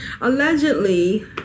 Allegedly